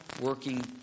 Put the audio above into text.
working